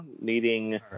needing